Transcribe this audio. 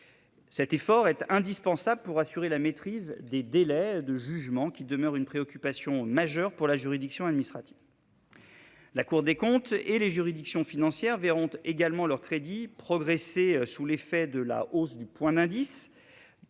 Cet effort est indispensable pour assurer la maîtrise des délais de jugement, qui demeure une préoccupation majeure pour la juridiction administrative. La Cour des comptes et les juridictions financières verront également leurs crédits progresser sous l'effet de la hausse du point d'indice,